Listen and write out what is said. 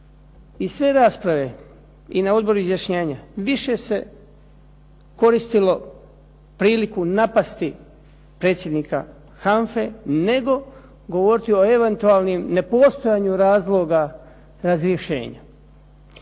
I sve rasprave i na …/Govornik se ne razumije./… više se koristilo priliku napasti predsjednika HANFA-e, nego govoriti o eventualnim nepostojanju razloga razrješenja.